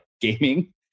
gaming